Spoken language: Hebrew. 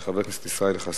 של חבר הכנסת ישראל חסון,